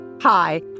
Hi